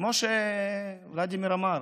כמו שוולדימיר אמר,